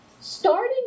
Starting